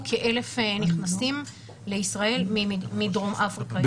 כ-1,000 נכנסים לישראל מדרום אפריקה.